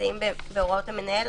שנמצאים בהוראות המנהל.